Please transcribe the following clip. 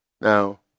Now